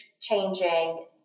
changing